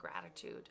gratitude